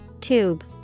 Tube